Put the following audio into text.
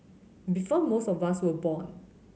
before most of us were born